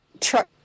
truck